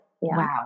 Wow